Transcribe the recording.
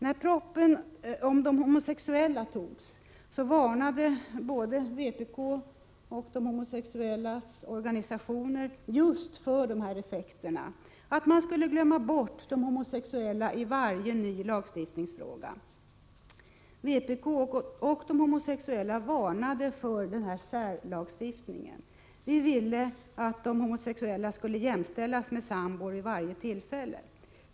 När propositionen om de homosexuella behandlades i riksdagen varnade både vpk och de homosexuellas organisationer just för dessa effekter: att man skulle glömma bort de homosexuella i varje ny lagstiftningsfråga. Vpk och de homosexuella varnade för en särlagstiftning. Vi ville att de homosexuella skulle jämställas med sambor vid varje tillfälle.